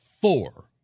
four